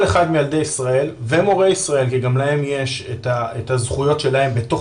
אחד מילדי ישראל ומורי ישראל כי גם להם יש את הזכויות שלהם בתוך